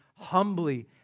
humbly